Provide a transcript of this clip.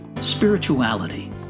Spirituality